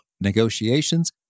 negotiations